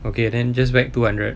okay then just whack two hundred